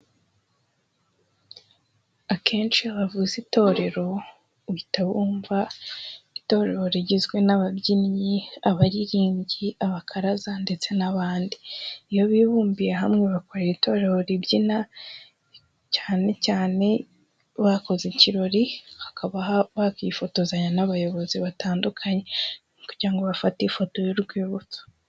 Akenshi iyo bavuza itorero uhita wumva itorero rigizwe n'ababyinnyi, abaririmbyi, abakaraza ndetse n'abandi. Iyo bibumbiye hamwe bakorera itorero ribyina cyane cyane bakoze ikirori hakaba bakifotozanya n'abayobozi batandukanye kugira ngo bafate ifoto y'urwibutso.